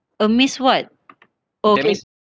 amaze what oh it's